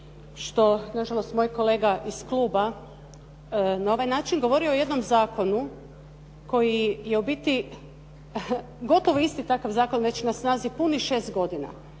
što nažalost moj kolega iz kluba je na ovaj način govorio o jednom zakonu koji je ubiti gotovo isti takav zakon već na snazi punih 6 godina